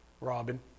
Robin